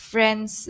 Friends